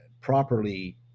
properly